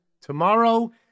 tomorrow